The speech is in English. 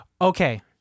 Okay